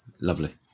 Lovely